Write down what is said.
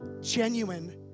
genuine